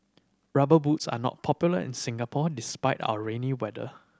Rubber Boots are not popular in Singapore despite our rainy weather